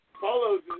follows